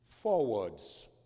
forwards